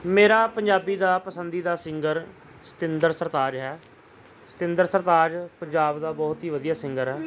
ਮੇਰਾ ਪੰਜਾਬੀ ਦਾ ਪਸੰਦੀਦਾ ਸਿੰਗਰ ਸਤਿੰਦਰ ਸਰਤਾਜ ਹੈ ਸਤਿੰਦਰ ਸਰਤਾਜ ਪੰਜਾਬ ਦਾ ਬਹੁਤ ਹੀ ਵਧੀਆ ਸਿੰਗਰ ਹੈ